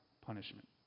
punishment